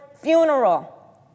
funeral